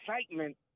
excitement